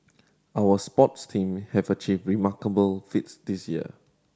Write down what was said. our sports team have achieved remarkable feats this year